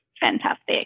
fantastic